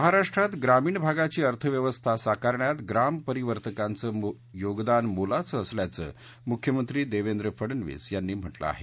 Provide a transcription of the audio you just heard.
महाराष्ट्रात ग्रामीण भागाची अर्थव्यवस्था साकारण्यात ग्राम परिवर्तकांचं योगदान मोलाचं असल्याचं मुख्यमंत्री देवेंद्र फडणवीस यांनी म्हटलं आहे